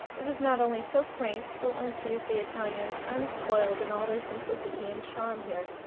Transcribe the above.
it is not only so quaint, but one sees the italians unspoiled in all their simplicity and charm here.